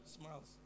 smiles